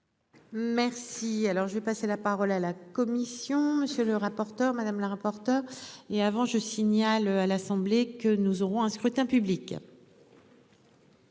Merci. Alors je vais passer la parole à la commission. Monsieur le rapporteur, madame la rapporteure et avant je signale à l'Assemblée que nous aurons un scrutin public. Merci